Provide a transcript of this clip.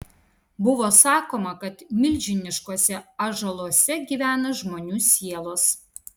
buvo sakoma kad milžiniškuose ąžuoluose gyvena žmonių sielos